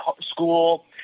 school